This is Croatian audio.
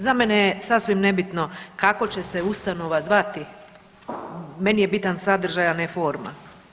Za mene je sasvim nebitno kako će se ustanova zvati, meni je bitan sadržaj, a ne forma.